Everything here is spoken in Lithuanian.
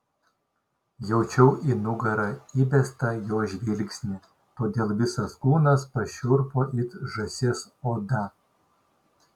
jaučiau į nugarą įbestą jo žvilgsnį todėl visas kūnas pašiurpo it žąsies oda